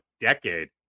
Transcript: decade